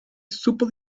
supo